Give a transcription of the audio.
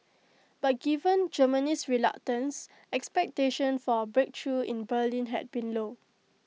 but given Germany's reluctance expectations for A breakthrough in Berlin had been low